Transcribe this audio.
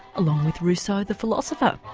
along with rousseau the philosopher.